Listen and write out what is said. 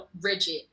rigid